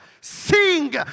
sing